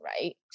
right